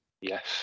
Yes